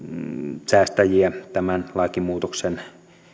asuntosäästäjiä tämän lakimuutoksen